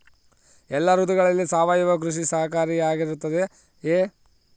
ಎಲ್ಲ ಋತುಗಳಲ್ಲಿ ಸಾವಯವ ಕೃಷಿ ಸಹಕಾರಿಯಾಗಿರುತ್ತದೆಯೇ?